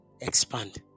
Expand